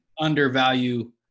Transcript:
undervalue